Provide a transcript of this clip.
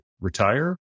retire